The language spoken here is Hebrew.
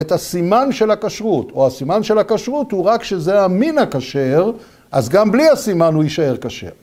‫את הסימן של הכשרות, ‫או הסימן של הכשרות ‫הוא רק שזה המין הכשר, ‫אז גם בלי הסימן הוא יישאר כשר.